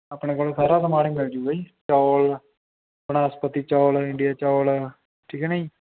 ਆਪਣੇ ਕੋਲ ਸਾਰਾ ਸਮਾਨ ਹੀ ਮਿਲਜੂਗਾ ਜੀ ਚੌਲ ਬਨਸਪਤੀ ਚੌਲ ਇੰਡੀਆ ਚੌਲ ਠੀਕ ਹੈ ਨਾ ਜੀ